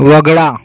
वगळा